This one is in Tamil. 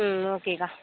ம் ஓகேக்கா